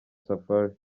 safari